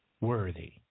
worthy